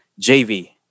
JV